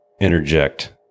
interject